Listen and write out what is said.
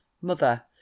Mother